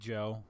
Joe